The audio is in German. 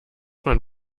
man